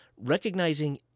Recognizing